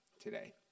today